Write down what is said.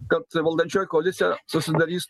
kad valdančioji koalicija susidarys